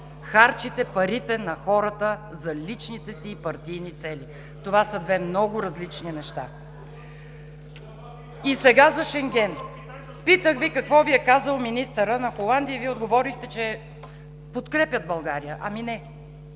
харчите парите на хората за личните си и партийни цели. Това са две много различни неща. (Реплики от ГЕРБ.) И сега за Шенген. Питах Ви какво Ви е казал министърът на Холандия и Вие отговорихте, че подкрепят България. Ами, не!